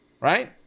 right